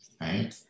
Right